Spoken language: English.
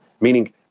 Meaning